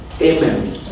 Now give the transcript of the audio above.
Amen